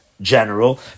general